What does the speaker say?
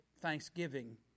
thanksgiving